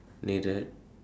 needed